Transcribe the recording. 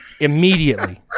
immediately